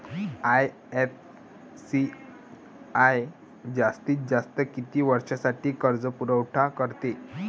IFCI जास्तीत जास्त किती वर्षासाठी कर्जपुरवठा करते?